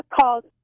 called